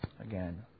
again